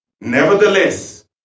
Nevertheless